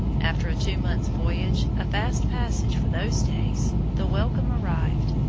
after a two months' voyage a fast passage for those days the welcome arrived,